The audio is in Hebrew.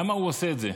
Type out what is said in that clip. למה הוא עושה את זה?